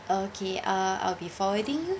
okay uh I'll be forwarding